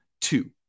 two